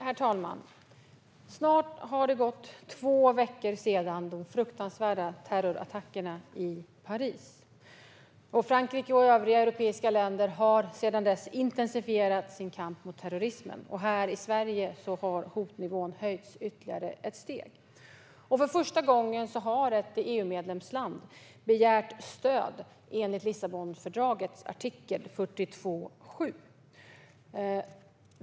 Herr talman! Snart har det gått två veckor sedan de fruktansvärda terrorattackerna i Paris. Frankrike och övriga europeiska länder har sedan dess intensifierat sin kamp mot terrorismen. Här i Sverige har hotnivån höjts ytterligare ett steg. För första gången har ett EU-medlemsland begärt stöd enligt Lissabonfördragets artikel 42.7.